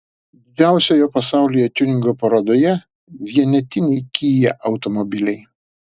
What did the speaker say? didžiausioje pasaulyje tiuningo parodoje vienetiniai kia automobiliai